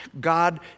God